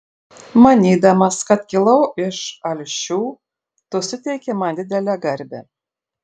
manydamas kad kilau iš alšių tu suteiki man didelę garbę